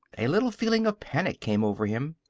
a little feeling of panic came over him.